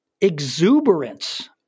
Exuberance